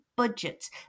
budgets